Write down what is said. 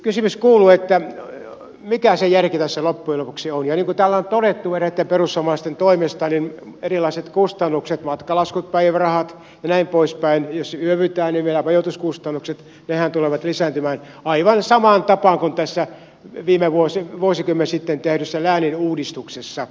kysymys kuuluu mikä se järki tässä loppujen lopuksi on ja niin kuin täällä on todettu eräitten perussuomalaisten toimesta niin erilaiset kustannukset matkalaskut päivärahat ja näin poispäin jos yövytään niin vielä majoituskustannukset tulevat lisääntymään aivan samaan tapaan kuin tässä vuosikymmen sitten tehdyssä lääniuudistuksessa